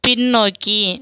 பின்னோக்கி